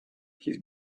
his